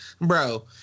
Bro